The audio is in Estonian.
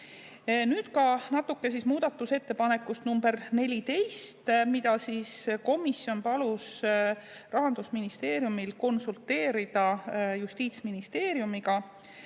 Ja natuke ka muudatusettepanekust nr 14, mille üle komisjon palus Rahandusministeeriumil konsulteerida Justiitsministeeriumiga.